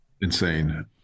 insane